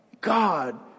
God